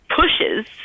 pushes